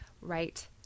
Right